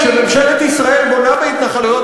שממשלת ישראל בונה בהתנחלויות,